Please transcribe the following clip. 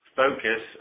focus